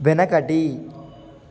వెనకటి